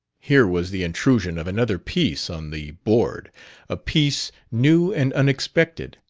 here was the intrusion of another piece on the board a piece new and unexpected.